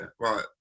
right